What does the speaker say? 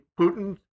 Putin